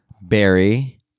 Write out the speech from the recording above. Barry